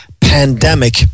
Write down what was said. pandemic